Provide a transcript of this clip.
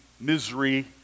Misery